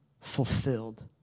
fulfilled